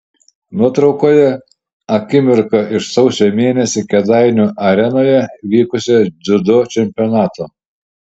nuotraukoje akimirka iš sausio mėnesį kėdainių arenoje vykusio dziudo čempionato